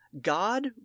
God